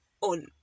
on